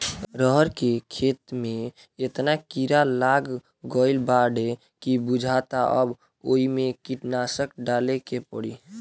रहर के खेते में एतना कीड़ा लाग गईल बाडे की बुझाता अब ओइमे कीटनाशक डाले के पड़ी